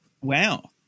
Wow